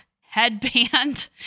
headband